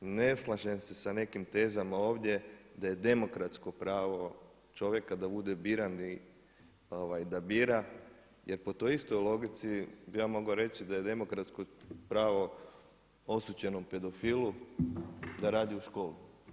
Ne slažem se sa nekim tezama ovdje da je demokratsko pravo čovjeka da bude biran i da bira jer po toj istoj logici bih ja mogao reći da je demokratsko pravo osuđenom pedofilu da radi u školi.